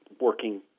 working